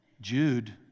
Jude